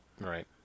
Right